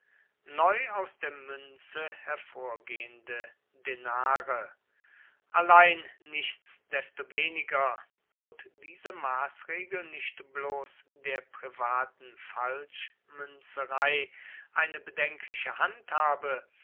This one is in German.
neu aus der münze hervorgehende denare allein nichtsdestoweniger bot diese maßregel nicht bloß der privaten falschmünzerei eine bedenkliche handhabe